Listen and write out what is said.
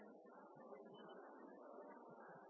mot henvisningsnekt. De